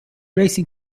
racing